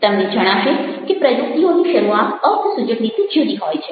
તમને જણાશે કે પ્રયુક્તિઓની શરૂઆત અર્થસૂચક રીતે જુદી હોય છે